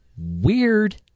Weird